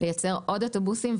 לייצר עוד אוטובוסים,